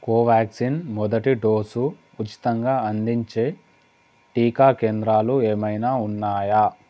కోవ్యాక్సిన్ మొదటి డోసు ఉచితంగా అందించే టీకా కేంద్రాలు ఏమైనా ఉన్నాయా